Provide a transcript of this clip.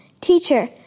Teacher